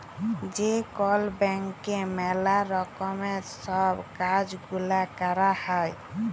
যে কল ব্যাংকে ম্যালা রকমের সব কাজ গুলা ক্যরা হ্যয়